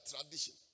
tradition